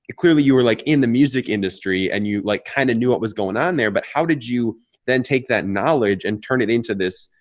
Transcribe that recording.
clearly you were like in the music industry, and you like kind of knew what was going on there. but how did you then take that knowledge and turn it into this